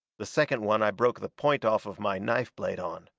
the second one i broke the point off of my knife blade on.